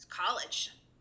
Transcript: college